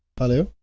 hello.